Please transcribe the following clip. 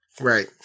right